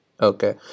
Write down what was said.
Okay